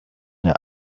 their